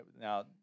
Now